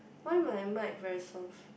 why my mic very soft